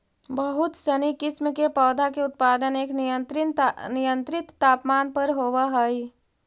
बहुत सनी किस्म के पौधा के उत्पादन एक नियंत्रित तापमान पर होवऽ हइ